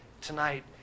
Tonight